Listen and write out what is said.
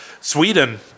Sweden